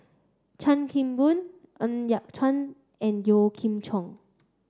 Chan Kim Boon Ng Yat Chuan and Yeo Kim Chong